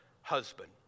husband